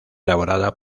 elaborada